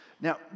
Now